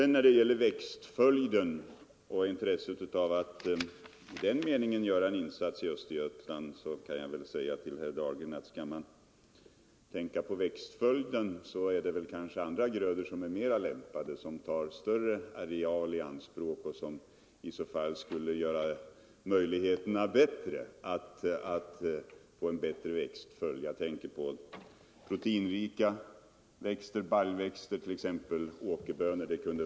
När det gäller växtföljden och intresset av att i det avseendet göra en insats i Östergötland kan jag säga till herr Dahlgren att det kanske finns andra grödor som är mera lämpade, som tar större areal i anspråk och som skulle ge bättre möjligheter att få en god växtföljd. Jag tänker på proteinrika växter, t.ex. baljväxter, såsom åkerbönor.